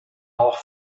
auch